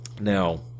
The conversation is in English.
Now